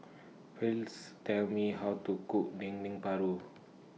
Please Tell Me How to Cook Dendeng Paru